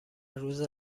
روز